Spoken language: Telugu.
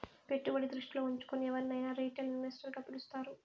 పెట్టుబడి దృష్టిలో ఉంచుకుని ఎవరినైనా రిటైల్ ఇన్వెస్టర్ గా పిలుస్తారు